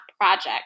project